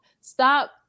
stop